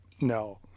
No